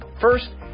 First